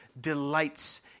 delights